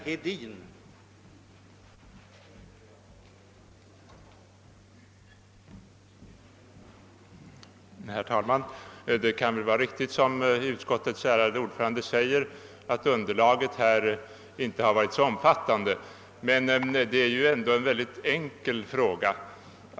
Herr talman! Det kan väl vara riktigt som utskottets ärade ordförande säger, att underlaget här inte har varit så omfattande. Men det är ju ändå en mycket enkel fråga det gäller.